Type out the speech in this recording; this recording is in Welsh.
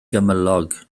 gymylog